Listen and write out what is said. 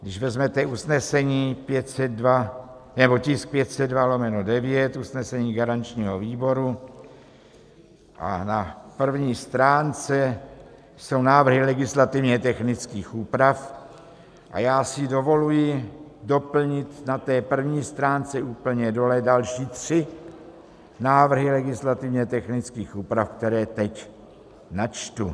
Když vezmete tisk 502/9, usnesení garančního výboru, na první stránce jsou návrhy legislativnětechnických úprav a já si dovoluji doplnit na první stránce úplně dole další tři návrhy legislativnětechnických úprav, které teď načtu.